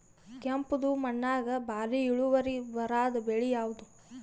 ಕೆಂಪುದ ಮಣ್ಣಾಗ ಭಾರಿ ಇಳುವರಿ ಬರಾದ ಬೆಳಿ ಯಾವುದು?